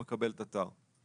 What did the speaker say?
הוא מקבל תט"ר.